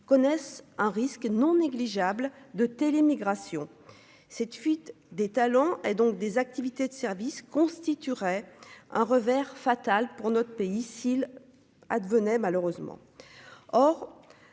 connaissent un risque non négligeable de. Immigration, cette fuite des talents et donc des activités de services constituerait un revers fatal pour notre pays, s'il advenait malheureusement